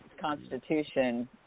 constitution